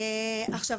עכשיו,